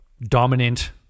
dominant